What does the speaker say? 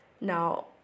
Now